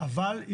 אבל מצד שני,